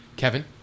Kevin